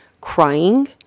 crying